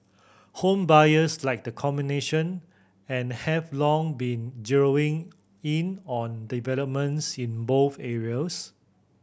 home buyers like the combination and have long been zeroing in on developments in both areas